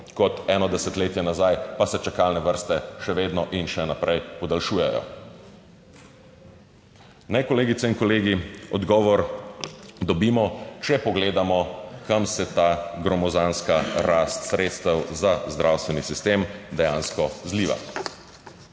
kot eno desetletje nazaj, pa se čakalne vrste še vedno in še naprej podaljšujejo. Ne, kolegice in kolegi, odgovor dobimo, če pogledamo kam se ta gromozanska rast sredstev za zdravstveni sistem dejansko zliva.